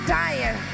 dying